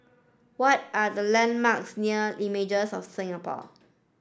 what are the landmarks near Images of Singapore